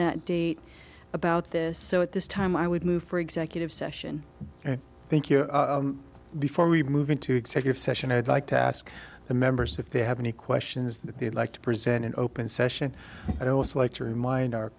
that day about this so at this time i would move for executive session and thank you before we move into executive session i'd like to ask the members if they have any questions that they'd like to present in open session i'd also like to remind our